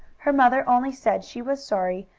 her mother only said she was sorry,